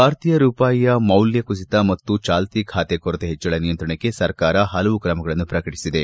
ಭಾರತೀಯ ರೂಪಾಯಿ ಮೌಲ್ಯ ಕುಸಿತ ಮತ್ತು ಚಾಲ್ತಿ ಖಾತೆ ಕೊರತೆ ಹೆಚ್ಗಳ ನಿಯಂತ್ರಣಕ್ಕೆ ಸರ್ಕಾರ ಹಲವು ಕ್ರಮಗಳನ್ನು ಪ್ರಕಟಿಸಿದೆ